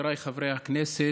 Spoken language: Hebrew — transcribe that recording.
חבריי חברי הכנסת,